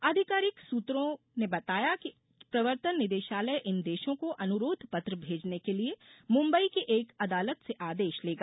आधिकारिक सुत्रों ने बताया कि प्रवर्तन निदेशालय इन देशों को अनुरोध पत्र भेजने के लिए मुम्बई की एक अदालत से आदेश लेगा